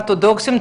אורתודוקסים,